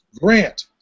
Grant